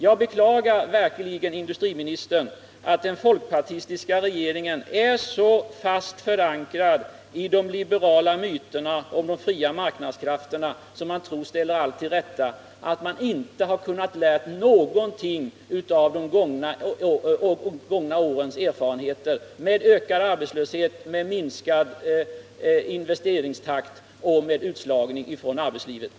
Jag beklagar verkligen, industriministern, att den folkpartistiska regeringen är så fast förankrad i de liberala myterna om de fria marknadskrafterna, som man tror ställer allt till rätta, att den inte har kunnat lära någonting av de gångna årens erfarenheter, med ökad arbetslöshet, minskad investeringstakt och utslagning från arbetslivet.